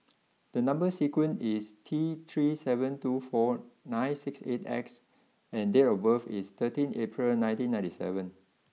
the number sequence is T three seven two four nine six eight X and date of birth is thirteen April nineteen ninety seven